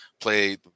play